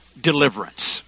deliverance